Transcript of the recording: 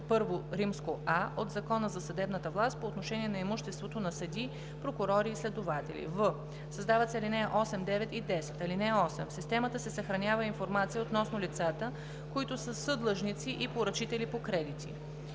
Раздел Iа от Закона за съдебната власт по отношение на имуществото на съдии, прокурори и следователи.“; в) създават се ал. 8, 9 и 10: „(8) В системата се съхранява и информация относно лицата, които са съдлъжници и поръчители по кредити.